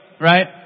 Right